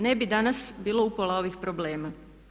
Ne bi danas bilo upola ovih problema.